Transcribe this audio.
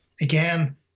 again